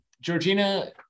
Georgina